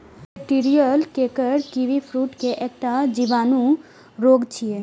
bacterial canker kiwifruit के एकटा जीवाणु रोग छियै